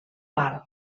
pal